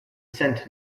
scent